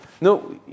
No